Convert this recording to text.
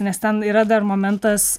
nes ten yra dar momentas